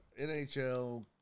NHL